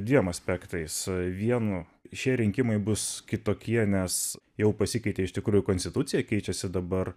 dviem aspektais vienu šie rinkimai bus kitokie nes jau pasikeitė iš tikrųjų konstitucija keičiasi dabar